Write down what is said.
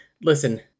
listen